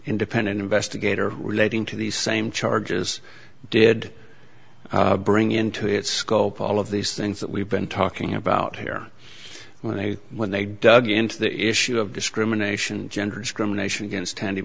independent investigator relating to these same charges did bring into its scope all of these things that we've been talking about here when i when they dug into the issue of discrimination gender discrimination against han